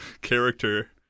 character